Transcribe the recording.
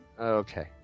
Okay